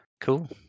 Cool